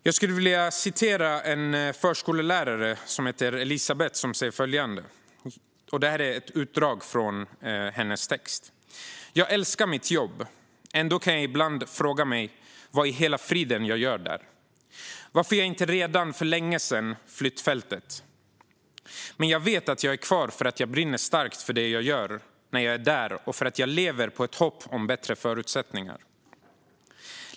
Jag skulle vilja citera ett utdrag från en text av förskolläraren Elizabeth: "Jag älskar mitt jobb. Ändå kan jag ibland fråga mig vad i hela friden jag gör där, varför jag inte redan för länge sedan flytt fältet. Men jag vet att jag är kvar för att jag brinner starkt för det jag gör när jag är där och för att jag lever på ett hopp om bättre förutsättningar.